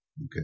okay